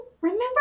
remember